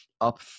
up